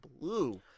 blue